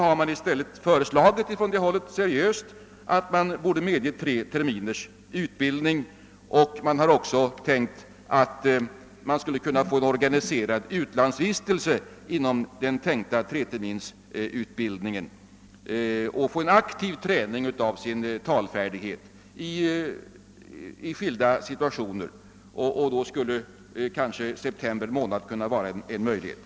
I stället föreslås från det hållet seriöst att man borde medge tre terminers utbildning, och det är också tänkt att de studerande skulle få en organiserad utlandsvistelse inom den ifrågavarande treterminersutbildningen, så att de får en aktiv träning av sin talfärdighet i skilda situationer. Då skulle kanske september kunna vara en möjlig månad.